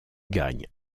gagne